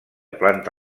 planta